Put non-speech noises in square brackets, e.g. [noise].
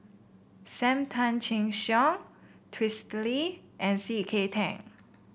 Sam Tan Chin Siong [unintelligible] and C K Tan